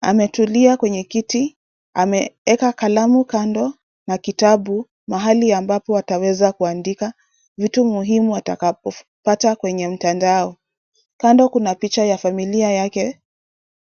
Ametulia kwenye kiti . Ameweka kalamu kando na kitabu mahali ambapo ataweza kuandika vitu muhimu atakapopata kwenye mtandao. Kando kuna picha ya familia yake.